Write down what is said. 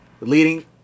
leading